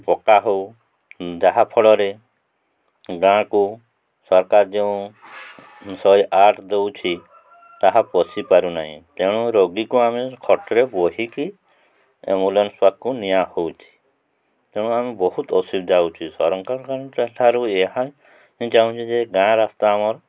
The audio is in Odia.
ପକ୍କା ହଉ ଯାହାଫଳରେ ଗାଁକୁ ସରକାର ଯେଉଁ ଶହେ ଆଠ ଦଉଛି ତାହା ପଶି ପାରୁନାହିଁ ତେଣୁ ରୋଗୀକୁ ଆମେ ଖଟରେ ବୋହିକି ଆମ୍ବୁଲାନ୍ସ ପାଖକୁ ନିଆ ହେଉଛି ତେଣୁ ଆମେ ବହୁତ ଅସୁବିଧା ହେଉଛି ସରକାରଙ୍କ ଠାରୁ ଏହା ଚାହୁଁଛି ଯେ ଗାଁ ରାସ୍ତା ଆମର୍